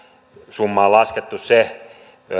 summaan laskettu se